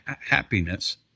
happiness